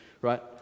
right